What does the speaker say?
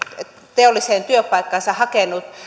teolliseen työpaikkaansa hakenut